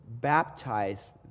baptize